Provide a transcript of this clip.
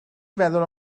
feddwl